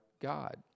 God